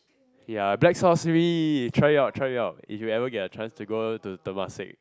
ya black sauce mee try it out try it out if you ever get a chance to go to Temasek